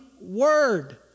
word